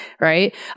right